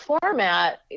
format